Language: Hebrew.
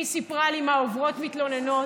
והיא סיפרה לי מה עוברות מתלוננות.